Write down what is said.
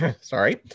sorry